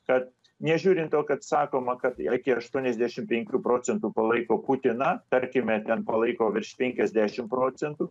kad nežiūrint to kad sakoma kad iki aštuoniasdešim penkių procentų palaiko putiną tarkime ten palaiko virš penkiasdešim procentų